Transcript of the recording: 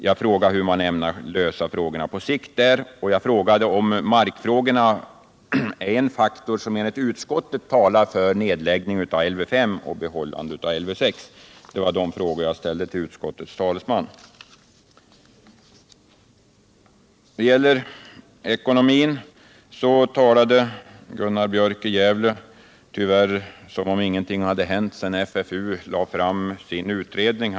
Jag frågade hur man ämnar lösa frågorna på sikt, och jag frågade om markfrågorna enligt utskottets mening är en faktor som talar för nedläggning av Lv 5 och bibehållande av Lv 6. Det var de frågor jag ställde till utskottets talesman. När det gällde ekonomin talade Gunnar Björk i Gävle som om ingenting hade hänt sedan FFU lade fram sin utredning.